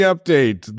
Update